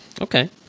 Okay